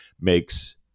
makes